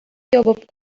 ябып